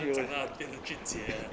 mai 讲 lah 点的去接